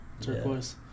Turquoise